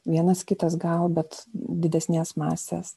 vienas kitas gal bet didesnės masės